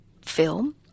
film